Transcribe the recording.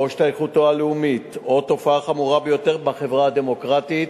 השתייכותו הלאומית הוא תופעה חמורה ביותר בחברה דמוקרטית.